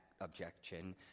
objection